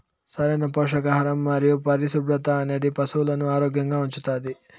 సరైన పోషకాహారం మరియు పరిశుభ్రత అనేది పశువులను ఆరోగ్యంగా ఉంచుతాది